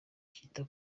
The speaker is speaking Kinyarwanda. cyita